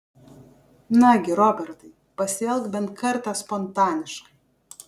nagi robertai pasielk bent kartą spontaniškai